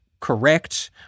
correct